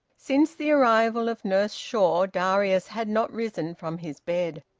since the arrival of nurse shaw, darius had not risen from his bed,